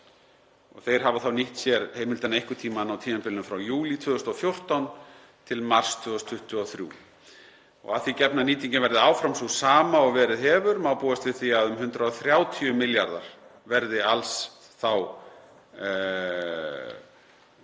Þeir hafa þá nýtt sér heimildina einhvern tímann á tímabilinu frá júlí 2014 til mars 2023. Að því gefnu að nýtingin verði áfram sú sama og verið hefur má búast við því að um 130 milljarðar verði alls í þessu